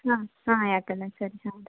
ಹಾಂ ಹಾಂ ಯಾಕಲ್ಲ ಸರಿ ಹಾಂ